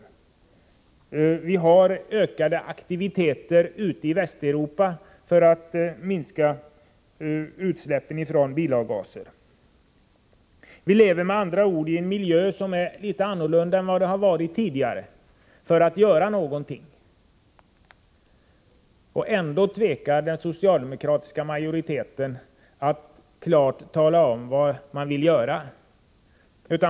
Ute i Västeuropa förekommer ökade aktiviteter för att minska bilavgasutsläppen. Vi lever med andra ord i en miljö, som är litet annorlunda än tidigare. Ändå tvekar den socialdemokratiska majoriteten att klart tala om vad den vill göra.